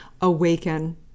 awaken